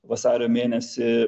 vasario mėnesį